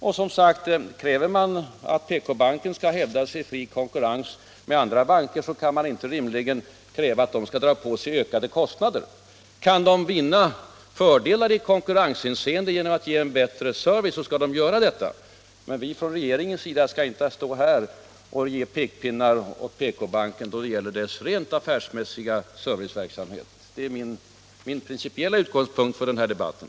Och som sagt, kräver man att PK-banken skall hävda sig i fri konkurrens med andra banker kan man inte rimligen kräva att den skall dra på sig ökade kostnader. Kan den vinna fördelar i konkurrenshänseende genom att ge bättre service skall den göra detta, men regeringen skall inte komma med pekpinnar åt PK-banken då det gäller dess rent affärsmässiga serviceverksamhet. Det är min principiella utgångspunkt för den här debatten.